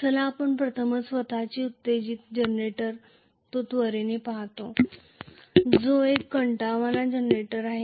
चला त्वरित प्रथम सेल्फ एक्सायटेड जनरेटर पाहू जो एक शंट जनरेटर आहे